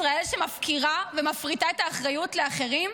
ישראל שמפקירה ומפריטה את האחריות לאחרים?